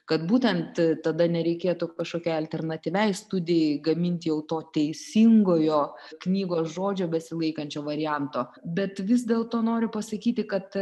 kad būtent tada nereikėtų kažkokiai alternatyviai studijai gamint jau to teisingojo knygos žodžio besilaikančio varianto bet vis dėlto noriu pasakyti kad